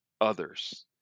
others